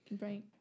Right